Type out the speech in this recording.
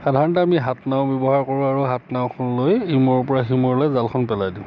সাধাৰণতে আমি হাত নাও ব্যৱহাৰ কৰো আৰু হাত নাওখন লৈ ইমূৰৰ পৰা সিমূৰলৈ জালখন পেলাই দিওঁ